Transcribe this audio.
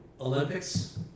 Olympics